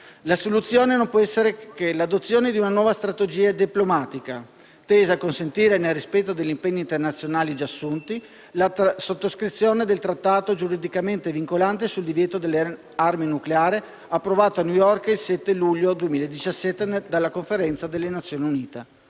La soluzione non può che essere l'adozione di una nuova strategia diplomatica tesa a consentire, nel rispetto degli impegni internazionali già assunti, la sottoscrizione del Trattato giuridicamente vincolante sul divieto delle armi nucleari, approvato a New York il 7 luglio 2017 dalla Conferenza delle Nazioni Unite.